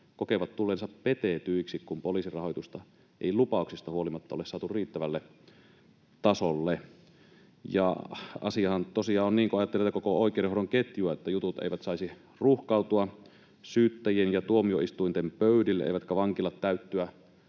kokevat tulleensa petetyiksi, kun poliisin rahoitusta ei lupauksista huolimatta ole saatu riittävälle tasolle. Asiahan tosiaan on niin, kun ajattelee tätä koko oikeudenhoidon ketjua, että jutut eivät saisi ruuhkautua syyttäjien ja tuomioistuinten pöydille eivätkä vankilat täyttyä